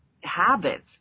habits